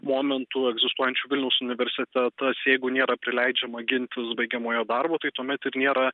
momentų egzistuojančių vilniaus universitetas jeigu nėra prileidžiama gintis baigiamojo darbo tai tuomet ir nėra